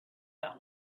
that